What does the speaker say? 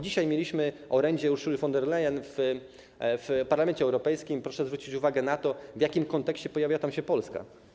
Dzisiaj mieliśmy orędzie Ursuli von der Leyen w Parlamencie Europejskim i proszę zwrócić uwagę na to, w jakim kontekście pojawiła się tam Polska.